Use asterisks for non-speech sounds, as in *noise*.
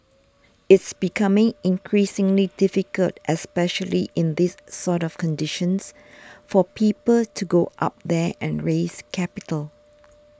*noise* it's becoming increasingly difficult especially in these sort of conditions for people to go up there and raise capital